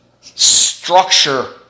structure